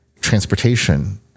transportation